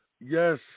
Yes